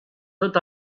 tot